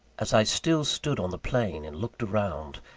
as i still stood on the plain and looked around,